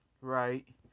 Right